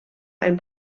ein